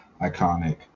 iconic